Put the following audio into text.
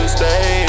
stay